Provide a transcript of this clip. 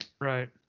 right